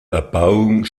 erbauung